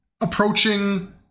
approaching